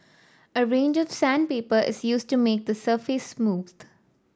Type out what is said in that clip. a range of sandpaper is used to make the surface smooth